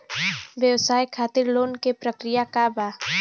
व्यवसाय खातीर लोन के प्रक्रिया का बा?